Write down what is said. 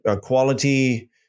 quality